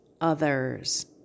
others